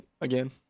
again